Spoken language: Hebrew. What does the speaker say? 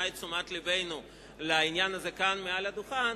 את תשומת לבנו לעניין הזה כאן מעל הדוכן,